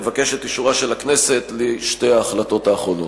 אבקש את אישורה של הכנסת לשתי ההחלטות האחרונות.